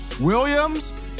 Williams